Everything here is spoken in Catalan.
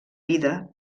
vida